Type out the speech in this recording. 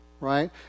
right